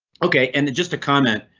ok, and just a comment.